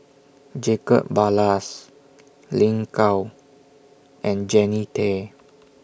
Jacob Ballas Lin Gao and Jannie Tay